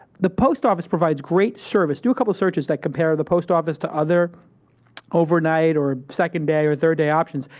the post office provides great service. do a couple searches that compare the post office to other overnight, or second day, or third day options.